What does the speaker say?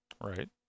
Right